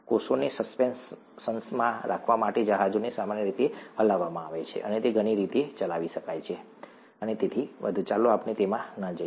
કોષોને સસ્પેન્શનમાં રાખવા માટે જહાજને સામાન્ય રીતે હલાવવામાં આવે છે તે ઘણી રીતે ચલાવી શકાય છે અને તેથી વધુ ચાલો આપણે તેમાં ન જઈએ